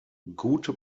gute